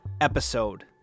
episode